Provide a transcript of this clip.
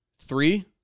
three